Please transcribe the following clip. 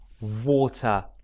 Water